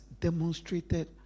demonstrated